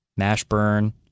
Mashburn